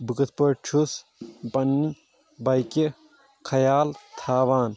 بہٕ کِتھ پٲٹھۍ چھُس پننہِ بایکہِ خیال تھاوان